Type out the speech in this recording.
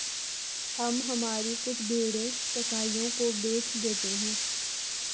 हम हमारी कुछ भेड़ें कसाइयों को बेच देते हैं